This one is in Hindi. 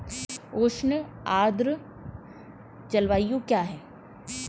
उष्ण आर्द्र जलवायु क्या है?